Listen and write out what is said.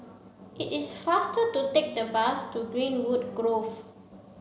it is faster to take the bus to Greenwood Grove